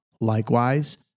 Likewise